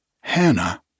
Hannah